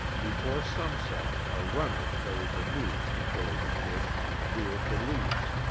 before sunset a runner carried the news to billy the kid, on the rio feliz.